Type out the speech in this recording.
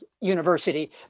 university